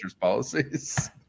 policies